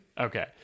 okay